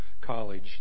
College